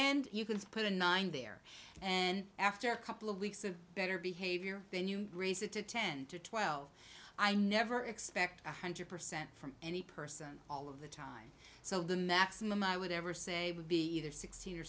end you can put a nine there and after a couple of weeks of better behavior then you raise it to ten to twelve i never expect one hundred percent from any person all of the time so the maximum i would ever say would be either sixteen or